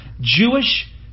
Jewish